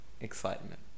excitement